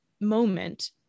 moment